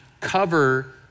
cover